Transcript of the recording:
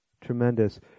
Tremendous